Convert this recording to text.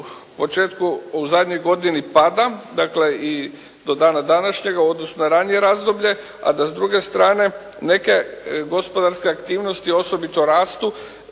nezaposlenost u zadnjoj godini pada, dakle i do dana današnjega, odnosno ranije razdoblje, a da s druge strane neke gospodarske aktivnosti osobito rastu.